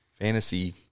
fantasy